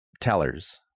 tellers